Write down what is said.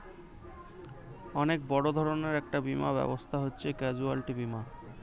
অনেক বড় ধরনের একটা বীমা ব্যবস্থা হচ্ছে ক্যাজুয়ালটি বীমা